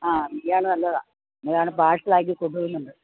ആ ബിരിയാണി നല്ലതാണ് ബിരിയാണി പാഴ്സലാക്കി കൊണ്ടു പോകുന്നുണ്ട്